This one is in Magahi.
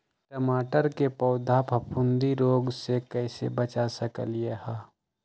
टमाटर के पौधा के फफूंदी रोग से कैसे बचा सकलियै ह?